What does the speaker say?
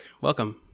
Welcome